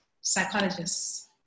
psychologists